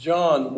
John